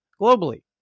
globally